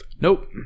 Nope